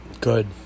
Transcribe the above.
good